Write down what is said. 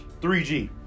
3G